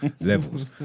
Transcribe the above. levels